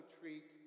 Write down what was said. treat